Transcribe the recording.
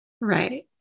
Right